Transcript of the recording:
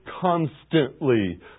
constantly